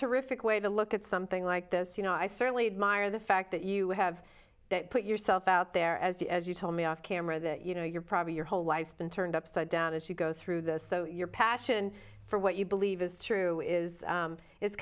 terrific way to look at something like this you know i certainly admire the fact that you have that put yourself out there as the as you told me off camera that you know you're probably your whole life's been turned upside down as you go through this so your passion for what you believe is true is